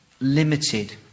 limited